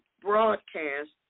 broadcast